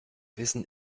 wissen